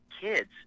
kids